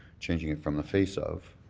changing it from the face of